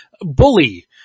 Bully